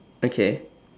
okay